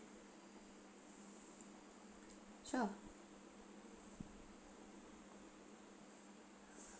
sure